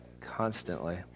constantly